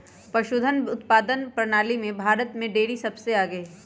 पशुधन उत्पादन प्रणाली में भारत में डेरी सबसे आगे हई